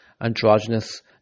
androgynous